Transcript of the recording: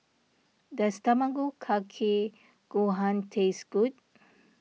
does Tamago Kake Gohan taste good